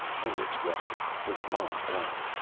hendricks rested, his mind blank.